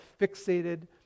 fixated